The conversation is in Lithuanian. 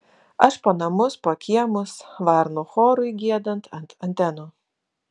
aš po namus po kiemus varnų chorui giedant ant antenų